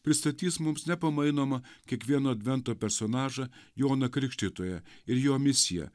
pristatys mums nepamainoma kiekvieno advento personažą joną krikštytoją ir jo misiją